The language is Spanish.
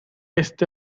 este